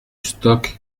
stoke